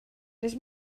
les